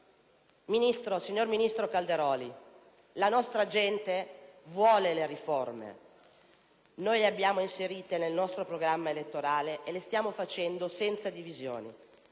Signor ministro Calderoli, la nostra gente vuole le riforme. Noi le abbiamo inserite nel nostro programma elettorale e le stiamo realizzando senza divisioni.